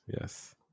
Yes